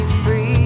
free